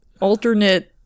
alternate